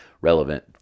Relevant